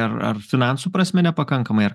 ar ar finansų prasme nepakankamai ar